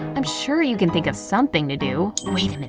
i'm sure you can think of something to do, wait a minute,